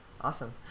Awesome